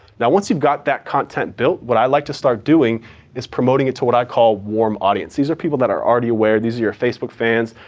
now once you've got content built, what i like to start doing is promoting it to what i call warm audience. these are people that are already aware. these are your facebook fans,